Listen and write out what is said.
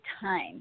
time